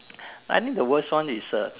I think the worst one is uh